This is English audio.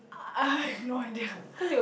I I have no idea